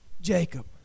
Jacob